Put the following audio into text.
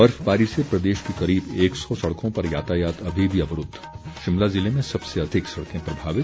बर्फबारी से प्रदेश की करीब एक सौ सड़कों पर यातायात अभी भी अवरूद्व शिमला ज़िले में सबसे अधिक सड़कें प्रभावित